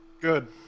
Good